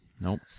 Nope